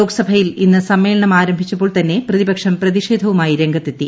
ലോക്സഭയിൽ ഇന്ന് സമ്മേളനം ആരംഭിച്ചപ്പോൾ തന്നെ പ്രതിപക്ഷം പ്രതിഷേധവുമായി രംഗത്തെത്തി